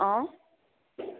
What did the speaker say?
অঁ